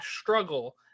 struggle